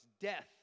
Death